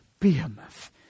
Behemoth